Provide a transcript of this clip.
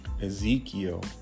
Ezekiel